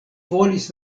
volis